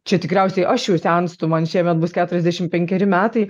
čia tikriausiai aš jau senstu man šiemet bus keturiasdešimt penkeri metai